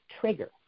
trigger